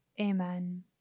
Amen